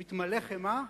מתמלא חימה,